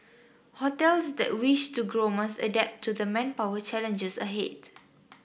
hotels that wish to grow must adapt to the manpower challenges ahead